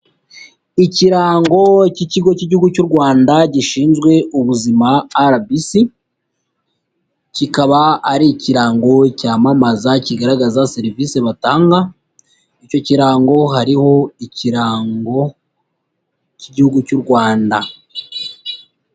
Ikirango cy'ikigo cy'igihugu cy'u Rwanda gishinzwe ubuzima RBC, kikaba ari ikirango cyamamaza kigaragaza serivisi batanga, icyo kirango hariho ikirango cy'igihugu cy'u Rwanda.